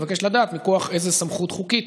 אבקש לדעת מכוח איזה סמכות חוקית